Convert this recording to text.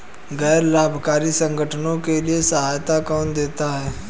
गैर लाभकारी संगठनों के लिए सहायता कौन देता है?